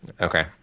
Okay